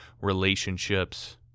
relationships